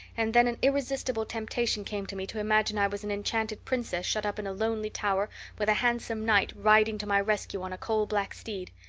and then an irresistible temptation came to me to imagine i was an enchanted princess shut up in a lonely tower with a handsome knight riding to my rescue on a coal-black steed.